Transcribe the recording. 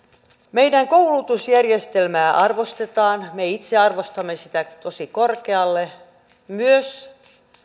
meidän koulutusjärjestelmää arvostetaan me itse arvostamme sitä tosi korkealle myös